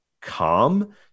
calm –